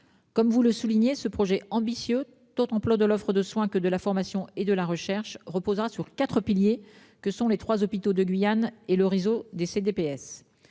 Comme vous le soulignez ce projet ambitieux. D'autres employes de l'offre de soins que de la formation et de la recherche reposant sur 4 piliers que sont les trois hôpitaux de Guyane et le réseau des CDPS.